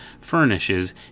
furnishes